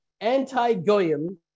anti-Goyim